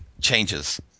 changes